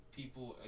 people